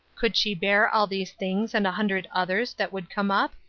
could she bear all these things and a hundred others that would come up?